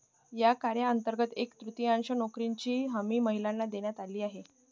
या कायद्यांतर्गत एक तृतीयांश नोकऱ्यांची हमी महिलांना देण्यात आली आहे